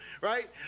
right